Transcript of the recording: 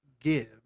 give